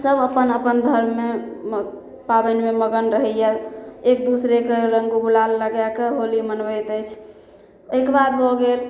सभ अपन अपन धर्ममे पाबनिमे मगन रहैए एक दोसराके रङ्ग गुलाल लगाकऽ होली मनबैत अछि ओइके बाद भऽ गेल